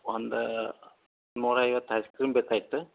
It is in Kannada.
ಒಂದು ನೂರೈವತ್ತು ಐಸ್ ಕ್ರೀಮ್ ಬೇಕಾಗಿತ್ತು